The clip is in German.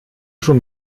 schon